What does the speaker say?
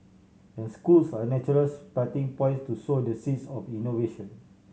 and schools are natural starting points to sow the seeds of innovation